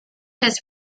his